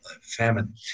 famine